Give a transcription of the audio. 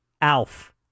Alf